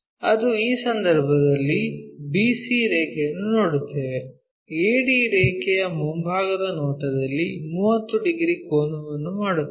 ಅದು ಈ ಸಂದರ್ಭದಲ್ಲಿ BC ರೇಖೆಯನ್ನು ನೋಡುತ್ತೇವೆ AD ರೇಖೆಯು ಮುಂಭಾಗದ ನೋಟದಲ್ಲಿ 30 ಡಿಗ್ರಿ ಕೋನವನ್ನು ಮಾಡುತ್ತದೆ